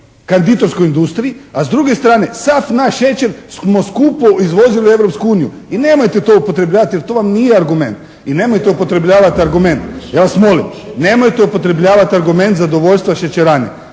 kandiditorskoj industriji, a s druge strane sav naš šećer smo skupo izvozili u Europsku uniju. I nemojte to upotrebljavati jer to vam nije argument. I nemojte upotrebljavati argument. Ja vas molim, nemojte upotrebljavati argument zadovoljstva šećerane.